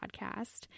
podcast